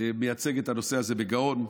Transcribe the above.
ומייצג את הנושא הזה בגאון.